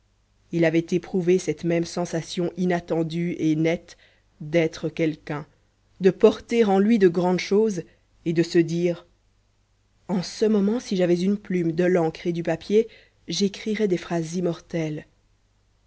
il avait éprouvé cette même sensation inattendue et nette d'être quelqu'un de porter en lui de grandes choses et de se dire en ce moment si j'avais une plume de l'encre et du papier j'écrirais des phrases immortelles